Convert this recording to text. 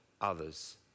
others